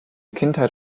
kindheit